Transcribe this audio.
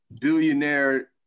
billionaire